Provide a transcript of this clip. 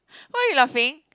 why you laughing